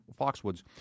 Foxwoods